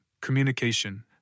communication